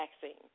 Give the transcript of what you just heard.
vaccine